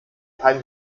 kein